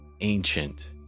ancient